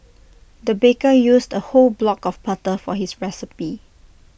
the baker used A whole block of butter for his recipe